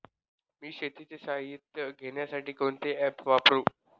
मी शेतीचे साहित्य घेण्यासाठी कोणते ॲप वापरु?